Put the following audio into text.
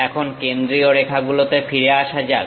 এখন কেন্দ্রীয় রেখাগুলোতে ফিরে আসা যাক